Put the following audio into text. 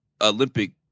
Olympic